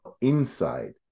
inside